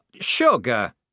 sugar